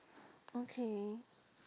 okay